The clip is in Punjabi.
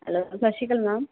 hello Sat Sri Akal ma'am